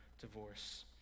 divorce